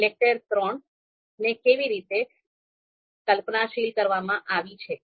ઈલેકટેર III ને કેવી રીતે કલ્પનાશીલ કરવામાં આવી છે